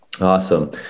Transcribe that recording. Awesome